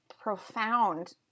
profound